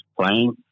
playing